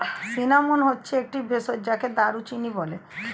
cinnamon হচ্ছে একটি ভেষজ যাকে দারুচিনি বলে